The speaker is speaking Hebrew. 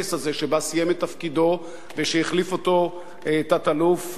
שבו הוא סיים את תפקידו ושהחליף אותו תת-אלוף אחר,